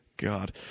God